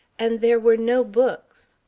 and there were no books.